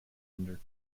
under